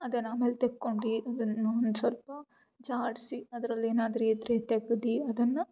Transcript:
ಅದನ್ನು ಆಮೇಲೆ ತಕ್ಕೊಂಡು ಸ್ವಲ್ಪ ಜಾಡಿಸಿ ಅದರಲ್ಲೇನಾದ್ರು ಇದ್ರ್ ಇದು ತೆಗ್ದು ಅದನ್ನು